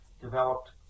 developed